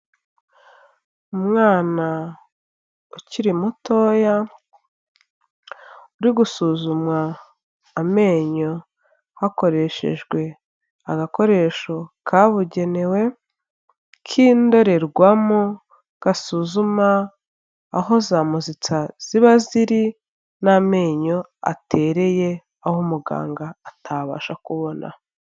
Umwana ukiri mutoya, uri gusuzumwa amenyo hakoreshejwe agakoresho kabugenewe, k'indorerwamo gasuzuma aho zamuzitsa ziba ziri n'amenyo atereye, aho muganga atabasha kubona.